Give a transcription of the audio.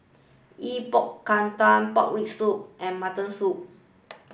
Epok Kentang Pork Rib Soup and Mutton Soup